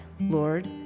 Lord